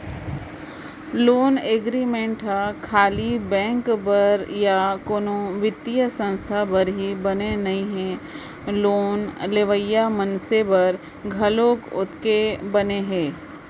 loan agreement ह खाली bank बर या कोनो बित्तीय संस्था बर ही बने नइ हे लोन लेवइया मनसे बर घलोक ओतके बने हे